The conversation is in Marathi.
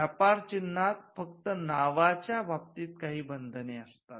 व्यापार चिन्हात फक्त नावाच्या बाबतीत काही बंधने असतात